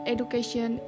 Education